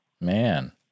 man